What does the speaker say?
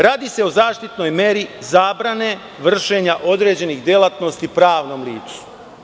Radi se o zaštitnoj meri zabrane vršenje određenih delatnosti pravnom licu.